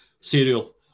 cereal